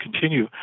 continue